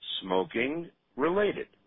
smoking-related